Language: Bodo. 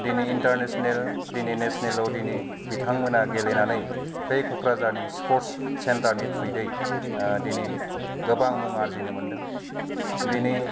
दिनै इन्टारनेसनेल नेसनेलाव बिथांमोना गेलेनानै बे क'क्राझारनि स्फर्स सेन्टारनि थ्रुयै दिनै गोबां मुं आरजिनो मोनदों दिनै